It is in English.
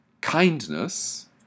kindness